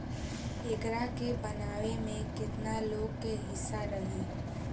एकरा के बनावे में केतना लोग के हिस्सा रही